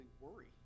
worry